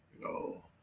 no